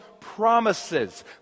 promises